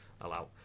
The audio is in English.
Allow